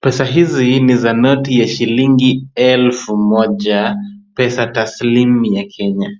Pesa hizi ni za noti ya shilingi elfu moja pesa taslimu ya Kenya.